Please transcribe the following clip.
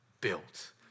built